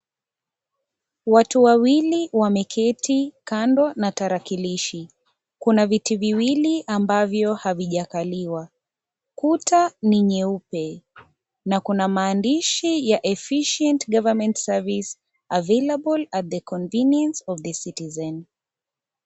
Watu wawili wameketi kando na tarakilishi, kuna viti viwili ambavyo havijakaliwa. Kuta ni nyeupe na kuna maandishi ya efficient government services available at the convenience of the citizen .